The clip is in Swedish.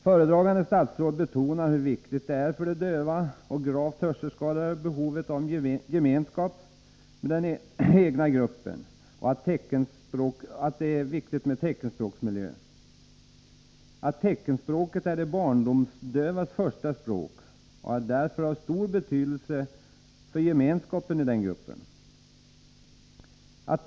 Föredragande statsrådet betonar de dövas och gravt hörselskadades behov av gemenskap med den egna gruppen och att det är viktigt med teckenspråksmiljö. Teckenspråket är de barndomsdövas första språk och har därför stor betydelse för gemenskapen i den gruppen.